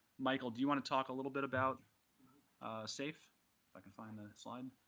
michael, do you want to talk a little bit about safe? if i can find the slide.